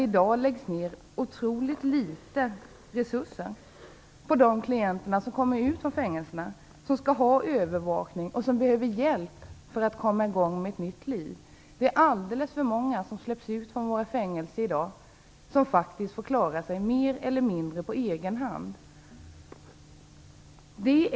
I dag satsas otroligt litet resurser på de klienter som kommer ut från fängelserna - klienter som skall ha övervakning och som behöver hjälp för att komma i gång med ett nytt liv. Alldeles för många av dem som i dag släpps från våra fängelser får faktiskt klara sig mer eller mindre på egen hand.